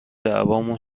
دعوامون